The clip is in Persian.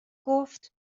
گفت